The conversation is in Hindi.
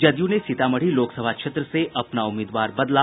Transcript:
जदयू ने सीतामढ़ी लोकसभा क्षेत्र से अपना उम्मीदवार बदला